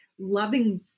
loving